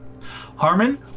Harmon